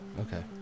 okay